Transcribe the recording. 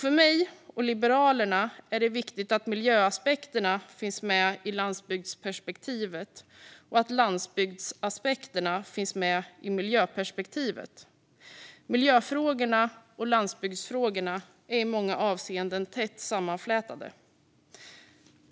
För mig, och för Liberalerna, är det viktigt att miljöaspekterna finns med i landsbygdsperspektivet och att landsbygdsaspekterna finns med i miljöperspektivet. Miljöfrågorna och landsbygdsfrågorna är i många avseenden tätt sammanflätade.